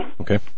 okay